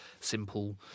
simple